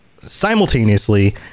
simultaneously